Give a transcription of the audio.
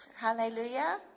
hallelujah